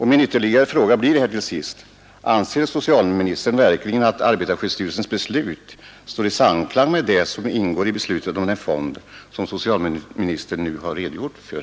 Min ytterligare fråga blir till sist: Anser socialministern verkligen att arbetarskyddsstyrelsens beslut står i samklang med det som ingår i beslutet om den fond som socialministern nu har redogjort för?